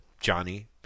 Johnny